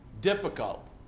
difficult